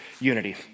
unity